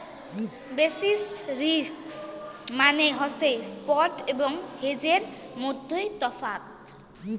basis risk মানে হসে spot এবং হেজের মইধ্যে তফাৎ